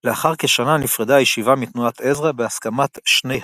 לאחר כשנה נפרדה הישיבה מתנועת עזרא בהסכמת שני הצדדים.